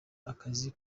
akazi